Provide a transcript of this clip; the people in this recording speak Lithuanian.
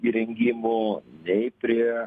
įrengimo nei prie